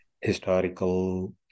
historical